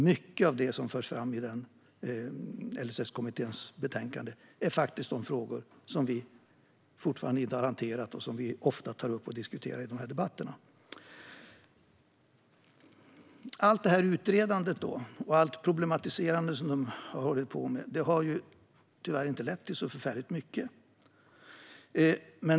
Mycket av det som förs fram i LSS-kommitténs betänkande är faktiskt sådana frågor som vi fortfarande inte har hanterat och som vi ofta tar upp och diskuterar i de här debatterna. Allt det här utredandet och problematiserandet har tyvärr inte lett till så förfärligt mycket.